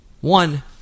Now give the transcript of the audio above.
One